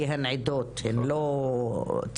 כי הן עדות והן לא צד,